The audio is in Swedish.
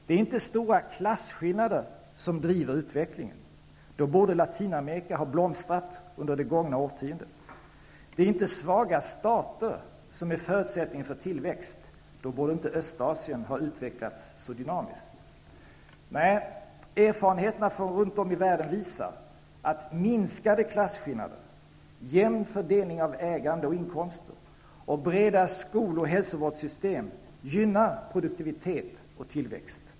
Det är inte stora klasskillnader som driver utvecklingen. Då borde Latinamerika ha blomstrat under det gångna årtiondet. Det är inte svaga stater som är förutsättningen för tillväxt. Då borde inte Östasien ha utvecklats så dynamiskt. Nej, erfarenheterna runt om i världen visar att minskade klasskillnader, jämn fördelning av ägande och inkomster och breda skol och hälsovårdssystem gynnar produktivitet och tillväxt.